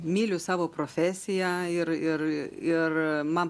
myliu savo profesiją ir ir ir man